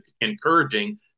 encouraging